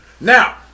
Now